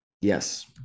Yes